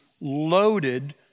loaded